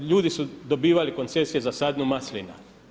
Ljudi su dobivali koncesije za sadnju maslina.